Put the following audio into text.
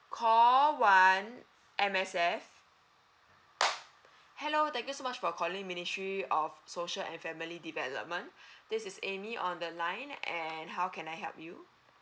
call one M_S_F hello thank you so much for calling ministry of social and family development this is amy on the line and how can I help you